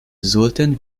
sollten